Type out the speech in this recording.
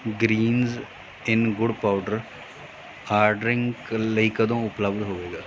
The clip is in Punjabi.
ਗ੍ਰੀਨਜ਼ਇਨ ਗੁੜ ਪਾਊਡਰ ਆਰਡਰਿੰਗ ਕ ਲਈ ਕਦੋਂ ਉਪਲਬਧ ਹੋਵੇਗਾ